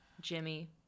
Jimmy